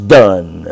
done